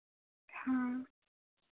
हाँ